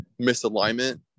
misalignment